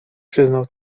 przyznał